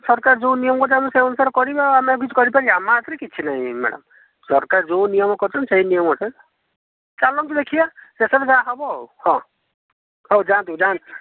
ସରକାର ଯେଉଁ ନିୟମ କରୁଛି ଆମକୁ ସେ ଅନୁସାରେ କରିବା ଆମେ ଆଉ କିଛି କରି ପାରିବା ଆମ ହାତରେ କିଛି ନାହିଁ ମ୍ୟାଡ଼ାମ ସରକାର ଯେଉଁ ନିୟମ କରିଛନ୍ତି ସେଇ ନିୟମ ଅନୁସାରେ ଚାଲନ୍ତୁ ଦେଖିବା ଶେଷରେ ଯାହା ହେବ ଆଉ ହଉ ହଉ ଯାଆନ୍ତୁ ଯାଆନ୍ତୁ